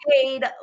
paid